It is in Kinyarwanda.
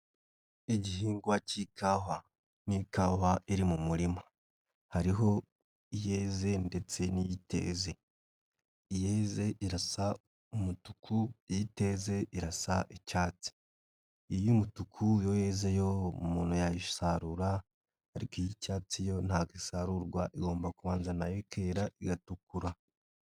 Igihingwa k'ikawa, ni ikawa iri mu murima hariho iyeze ndetse n'itezi, iyeze irasa umutuku iteze irasa icyatsi, iy'umutuku o yeze yo umuntu yayisarura ariko iy'icyatsi yo ntago isarurwa igomba kubanza nayo ikera igatukura.